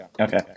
okay